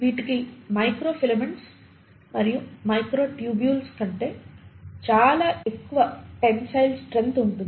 వీటికి micro filaments మరియు microtubules కంటే చాలా ఎక్కువ టెన్సయిల్ స్ట్రెంత్ ఉంటుంది